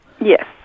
Yes